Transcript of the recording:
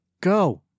Go